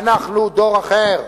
אנחנו דור אחר,